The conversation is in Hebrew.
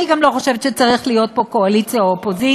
אני גם לא חושבת שצריכות להיות פה קואליציה או אופוזיציה,